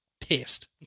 pissed